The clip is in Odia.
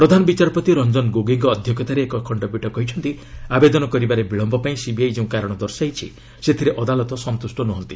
ପ୍ରଧାନ ବିଚାରପତି ରଞ୍ଜନ ଗୋଗୋଇଙ୍କ ଅଧ୍ୟକ୍ଷତାରେ ଏକ ଖଣ୍ଡପୀଠ କହିଛନ୍ତି ଆବେଦନ କରିବାରେ ବିଳମ୍ୟ ପାଇଁ ସିବିଆଇ ଯେଉଁ କାରଣ ଦର୍ଶାଇଛି ସେଥିରେ ଅଦାଲତ ସନ୍ତୁଷ୍ଟ ନୁହନ୍ତି